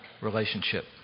relationship